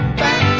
back